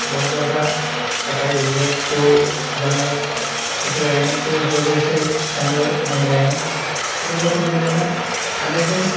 बहुत ज़्यादा कटाई हुई है तो जंगल कट गए हैं तो इस वजह से जंगल नहीं रहे और जयपुर ज़िले में खनिज